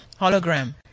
Hologram